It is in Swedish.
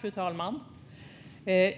Fru talman!